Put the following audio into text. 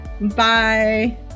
Bye